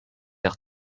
airs